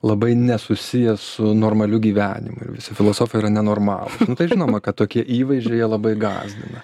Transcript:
labai nesusiję su normaliu gyvenimu ir visi filosofai yra nenormalū tai žinoma kad tokie įvaizdžiai jie labai gąsdina